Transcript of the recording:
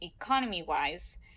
economy-wise